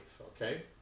okay